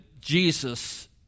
Jesus